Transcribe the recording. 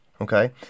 Okay